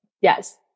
yes